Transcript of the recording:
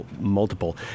multiple